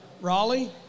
Raleigh